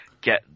get